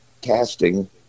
casting